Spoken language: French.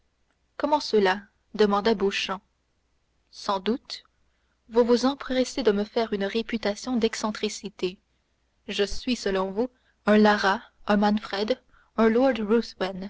comment cela demanda beauchamp sans doute vous vous empressez de me faire une réputation d'excentricité je suis selon vous un lara un manfred un